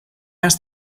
asked